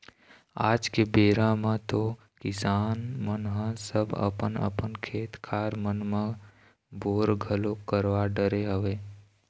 आज के बेरा म तो किसान मन ह सब अपन अपन खेत खार मन म बोर घलोक करवा डरे हवय